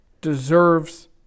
deserves